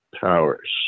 powers